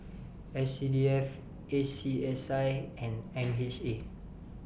S C D F A C S I and M H A